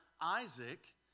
Isaac